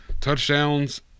touchdowns